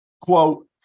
quote